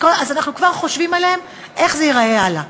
אז אנחנו כבר חושבים עליהם, איך זה ייראה הלאה.